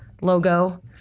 logo